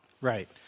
Right